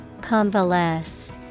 Convalesce